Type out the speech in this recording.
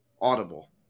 Audible